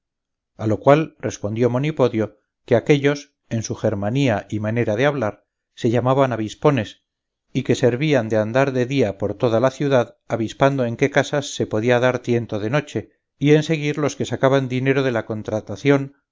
a lo cual respondió monipodio que aquéllos en su germanía y manera de hablar se llamaban avispones y que servían de andar de día por toda la ciudad avispando en qué casas se podía dar tiento de noche y en seguir los que sacaban dinero de la contratación